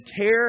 tear